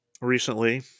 recently